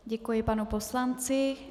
Děkuji panu poslanci.